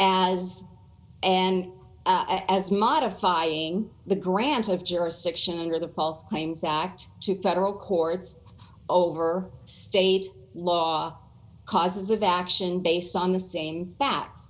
as and as modifying the grant of jurisdiction under the false claims act to federal courts over state law causes of action based on the same fac